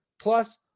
Plus